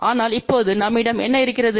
ஆனால் இப்போது நம்மிடம் என்ன இருக்கிறது